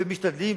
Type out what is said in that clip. ומשתדלים,